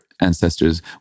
ancestors